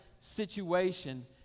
situation